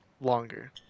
longer